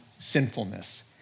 Sinfulness